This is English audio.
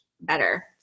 better